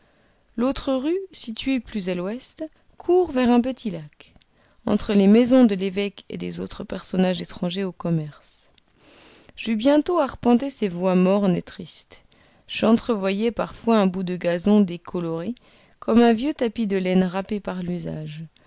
l'autre rue située plus à l'ouest court vers un petit lac entre les maisons de l'évêque et des autres personnages étrangers au commerce j'eus bientôt arpenté ces voies mornes et tristes j'entrevoyais parfois un bout de gazon décoloré comme un vieux tapis de laine râpé par l'usage